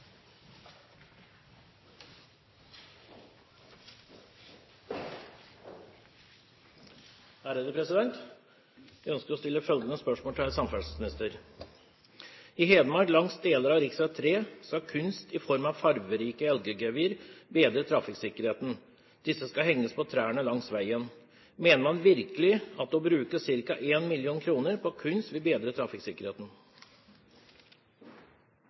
til samferdselsministeren: «I Hedmark langs deler av riksvei 3 skal kunst i form av fargerike elggevir bedre trafikksikkerheten. Disse skal henges på trærne langs veien. Mener man virkelig at å bruke ca. 1 000 000 kr på kunst vil bedre trafikksikkerheten?»